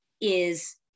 is-